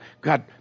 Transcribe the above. God